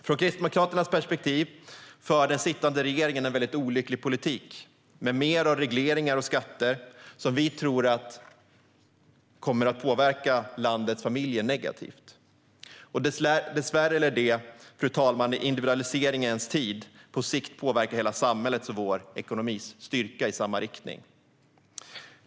Ur Kristdemokraternas perspektiv för den sittande regeringen en väldigt olycklig politik med mer av regleringar och skatter, som vi tror kommer att påverka landets familjer negativt. Dessvärre, fru talman, lär detta - i individualiseringens tid - på sikt påverka hela samhällets och vår ekonomis styrka i samma riktning.